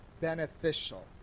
beneficial